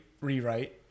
rewrite